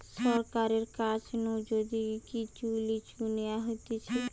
সরকারের কাছ নু যদি কিচু লিজে নেওয়া হতিছে